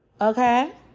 Okay